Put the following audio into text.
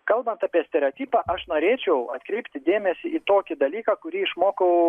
kalbant apie stereotipą aš norėčiau atkreipti dėmesį į tokį dalyką kurį išmokau